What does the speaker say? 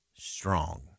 strong